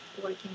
working